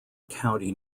county